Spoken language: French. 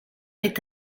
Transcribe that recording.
est